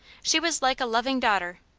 she was like a loving daughter,